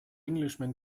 englishman